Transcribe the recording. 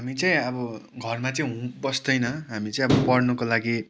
हामी चाहिँ अब घरमा चाहिँ बस्दैन हामी चाहिँ अब पढ्नुको लागि